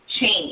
change